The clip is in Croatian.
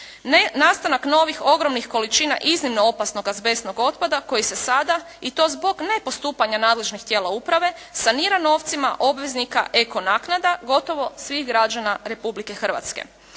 nastanak novih ogromnih količina iznimno opasnog azbestnog otpada koji se sada i to zbog nepostupanja nadležnih tijela uprave sanira novcima obveznika ekonaknada, gotovo svih građana Republike Hrvatske.